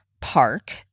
park